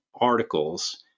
articles